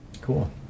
Cool